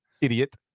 idiot